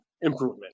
Improvement